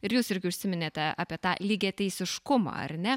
ir jūs irgi užsiminėte apie tą lygiateisiškumą ar ne